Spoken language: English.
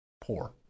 poor